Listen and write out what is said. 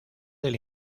del